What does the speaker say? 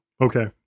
Okay